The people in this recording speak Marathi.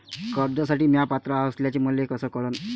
कर्जसाठी म्या पात्र असल्याचे मले कस कळन?